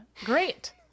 great